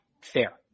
fair